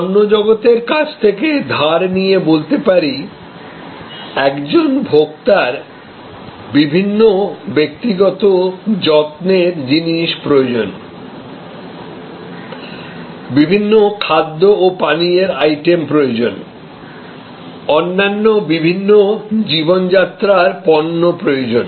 পণ্য জগতের কাছ থেকে ধার নিয়ে বলতে পারি একজন ভোক্তার বিভিন্ন ব্যক্তিগত যত্নের জিনিস প্রয়োজন বিভিন্ন খাদ্য ও পানীয়ের আইটেম প্রয়োজন অন্যান্য বিভিন্ন জীবনযাত্রার পণ্য প্রয়োজন